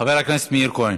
חבר הכנסת מאיר כהן